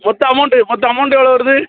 மொத்த அமௌண்டு மொத்த அமௌண்டு எவ்வளோ வருது